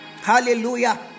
Hallelujah